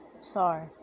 Sorry